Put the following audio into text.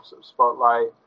spotlight